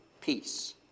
peace